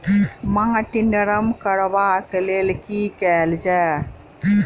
माटि नरम करबाक लेल की केल जाय?